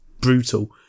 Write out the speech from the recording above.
brutal